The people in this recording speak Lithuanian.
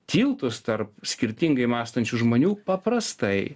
tiltus tarp skirtingai mąstančių žmonių paprastai